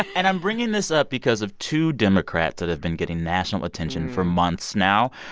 and i'm bringing this up because of two democrats that have been getting national attention for months now.